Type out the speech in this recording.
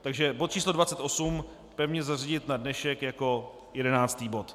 Takže bod číslo 28 pevně zařadit na dnešek jako 11. bod.